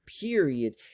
period